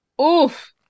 Oof